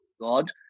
God